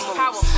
power